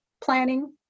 planning